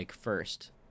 first